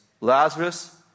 Lazarus